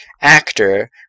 actor